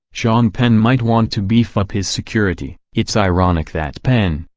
sean penn might want to beef up his security. it's ironic that penn,